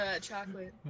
chocolate